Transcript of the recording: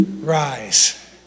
rise